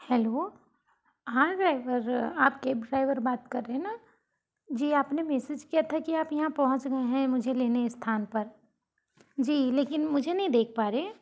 hello हाँ driver आप cab driver बात कर रहे हैं ना जी आपने मेसेज किया था कि आप यहाँ पहुँच गए हैं मुझे लेने स्थान पर जी लेकिन मुझे नहीं देख पा रहे हैं